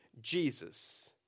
Jesus